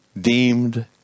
deemed